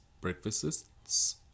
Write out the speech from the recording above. breakfasts